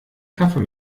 kaffee